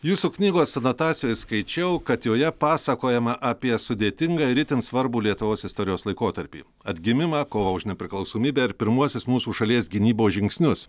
jūsų knygos anotacijoj skaičiau kad joje pasakojama apie sudėtingą ir itin svarbų lietuvos istorijos laikotarpį atgimimą kovą už nepriklausomybę ir pirmuosius mūsų šalies gynybos žingsnius